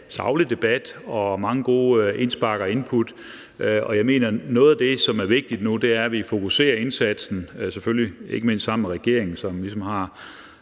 saglig debat med mange gode indspark og input. Jeg mener, at noget af det, som er vigtigt nu, er, at vi fokuserer indsatsen, selvfølgelig ikke mindst sammen med regeringen, som